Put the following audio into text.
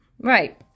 right